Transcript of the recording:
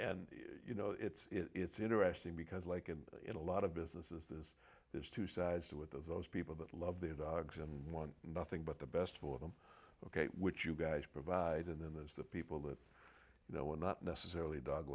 and you know it's it's interesting because like and in a lot of businesses that there's two sides to it those people that love their dogs and want nothing but the best for them ok which you guys provide and then there's the people that you know we're not necessarily dog